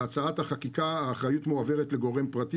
בהצעת החקיקה האחריות מועברת לגורם פרטי,